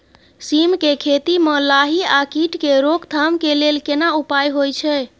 सीम के खेती म लाही आ कीट के रोक थाम के लेल केना उपाय होय छै?